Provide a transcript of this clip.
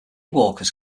walkers